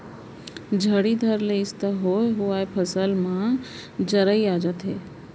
झड़ी धर लिस त होए हुवाय फसल म जरई आ जाथे